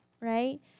right